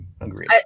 Agreed